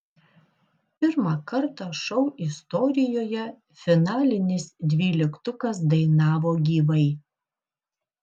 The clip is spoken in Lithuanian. pirmą kartą šou istorijoje finalinis dvyliktukas dainavo gyvai